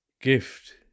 gift